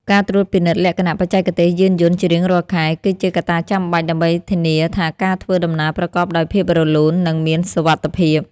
ការត្រួតពិនិត្យលក្ខណៈបច្ចេកទេសយានយន្តជារៀងរាល់ខែ គឺជាកត្តាចាំបាច់ ដើម្បីធានាថាការធ្វើដំណើរប្រកបដោយភាពរលូន និងមានសុវត្ថិភាព។